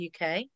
uk